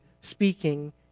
speaking